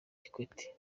kikwete